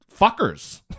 fuckers